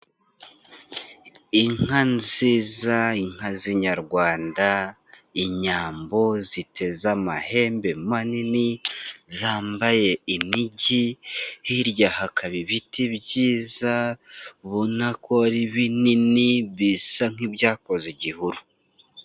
Inka nziza, inka zinyarwanda, inyambo ziteze amahembe manini, zambaye inigi; hirya hakaba ibiti byiza, ubona ko binini bisa nk'ibyakoze igihuru.